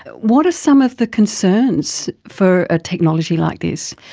what are some of the concerns for a technology like this?